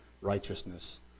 righteousness